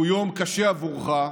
שהוא יום קשה עבורך,